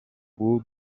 will